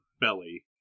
belly